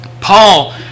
Paul